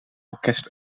orkest